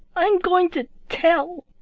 i'm going to tell,